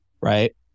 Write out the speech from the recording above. Right